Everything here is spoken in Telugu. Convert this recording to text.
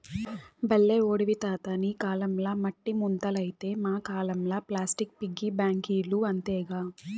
బల్లే ఓడివి తాతా నీ కాలంల మట్టి ముంతలైతే మా కాలంల ప్లాస్టిక్ పిగ్గీ బాంకీలు అంతేగా